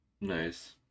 Nice